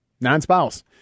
non-spouse